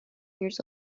years